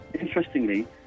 interestingly